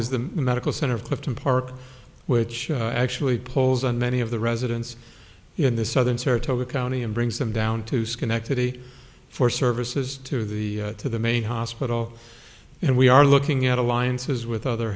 is the medical center of clifton park which actually pulls on many of the residents in the southern saratoga county and brings them down to schenectady for services to the to the main hospital and we are looking at alliances with other